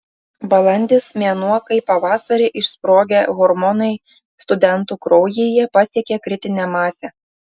balandis mėnuo kai pavasarį išsprogę hormonai studentų kraujyje pasiekia kritinę masę